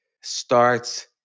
starts